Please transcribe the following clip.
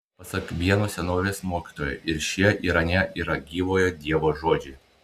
pasak vieno senovės mokytojo ir šie ir anie yra gyvojo dievo žodžiai